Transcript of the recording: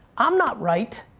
i'm not right,